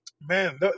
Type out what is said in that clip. Man